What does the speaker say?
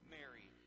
Mary